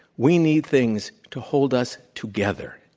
we need things to hold us together,